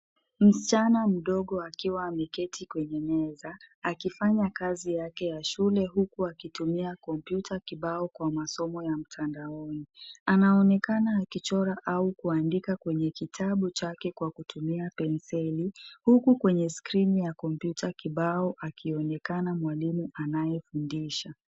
Msichana mdogo akiwa ameketi kwenye meza akifanya kazi yake ya shule huku akitumia kompyuta kibao kwa masomo ya mtandaoni. Anaonekana akichora au kuandika kwenye kitabu chake kwa kutumia penseli huku kwenye skrini ya kompyuta kibao akionekana mwalimu anayefundisha.